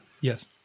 Yes